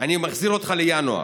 מחזיר אותך לינואר.